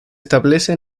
establece